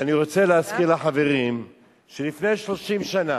אני רוצה להזכיר לחברים שלפני 30 שנה,